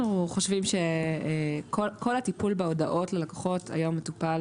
אנחנו חושבים שכל הטיפול בהודעות ללקוחות היום מטופל